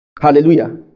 Hallelujah